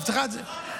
הבטחת הכנסה.